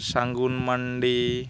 ᱥᱟ ᱜᱩᱱ ᱢᱟᱱᱰᱤ